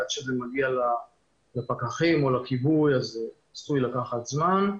עד שזה מגיע לפקחים או לכיבוי זה עשוי לקחת זמן.